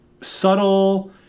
subtle